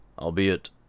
Albeit